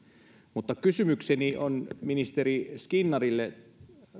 mutta kysymykseni on ministeri skinnarille